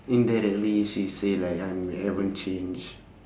indirectly she said like I haven't change